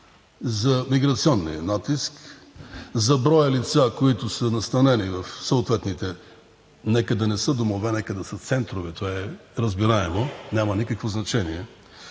за миграционния натиск, за броя лица, които са настанени в съответните, нека да не са домове, нека да са центрове, това е разбираемо, няма никакво значение.